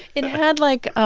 it had, like, ah